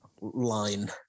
line